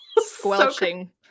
Squelching